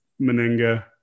Meninga